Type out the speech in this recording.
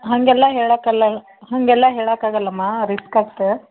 ಹಂಗೆಲ್ಲಾ ಹೇಳಾಕ್ಕಲ್ಲ ಹಾಗೆಲ್ಲಾ ಹೇಳಕ್ಕಾಗಲಮ್ಮ ರಿಸ್ಕ್ ಆತು